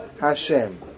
Hashem